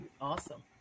Awesome